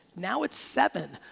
now it's seven.